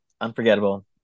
Unforgettable